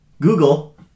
Google